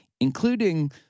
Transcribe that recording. including